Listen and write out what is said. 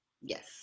Yes